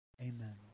Amen